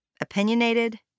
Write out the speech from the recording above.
opinionated